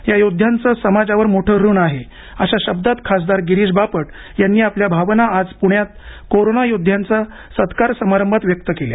या योद्ध्यांचं समाजावर मोठं ऋण आहे अशा शब्दात खासदार गिरीश बापट यांनी आपल्या भावना आज प्ण्यात कोरोना योद्ध्यांच्या सत्कार समारंभात व्यक्त केल्या